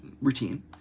routine